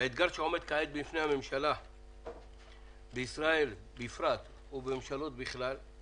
האתגר שעומד כעת בפני הממשלה בישראל בפרט ובפני ממשלות בכלל הוא